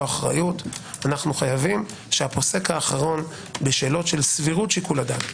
אחריות אנו חייבים שהפוסק האחרון בשאלות של סבירות שיקול הדעת,